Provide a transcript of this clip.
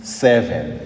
seven